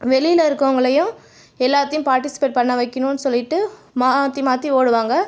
வெளியில் இருக்கிறவங்களையும் எல்லாத்தையும் பார்ட்டிஸ்பேட் பண்ண வைக்கணும்னு சொல்லிட்டு மாற்றி மாற்றி ஓடுவாங்க